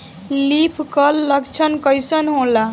Leaf कल लक्षण कइसन होला?